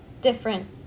different